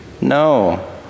No